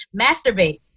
masturbate